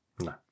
No